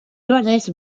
johannes